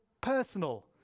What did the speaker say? personal